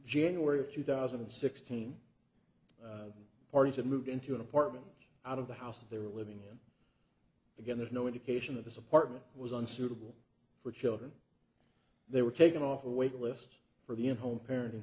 january of two thousand and sixteen the parties have moved into an apartment out of the house they were living him again there's no indication of this apartment was unsuitable for children they were taken off a waiting list for the in home parenting